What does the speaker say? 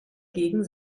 gegen